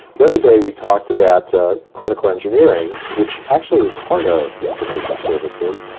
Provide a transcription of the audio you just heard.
the other day, we talked about ah clinical engineering, which actually, is part of information services.